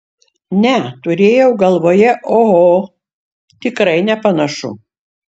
ne turėjau galvoje oho tikrai nepanašu